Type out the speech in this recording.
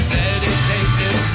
dedicated